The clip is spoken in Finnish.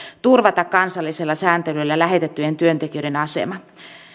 turvata kansallisella sääntelyllä lähetettyjen työntekijöiden asema